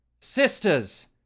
Sisters